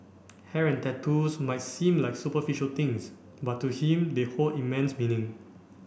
hair and tattoos might seem like superficial things but to him they hold immense meaning